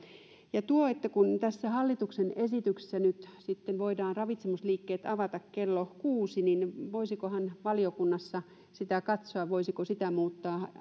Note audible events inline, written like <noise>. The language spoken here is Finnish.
ja tuo että kun tässä hallituksen esityksessä nyt sitten voidaan ravitsemusliikkeet avata kello kuusi niin voisikohan valiokunnassa katsoa voisiko sitä muuttaa <unintelligible>